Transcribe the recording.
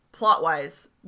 plot-wise